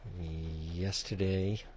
Yesterday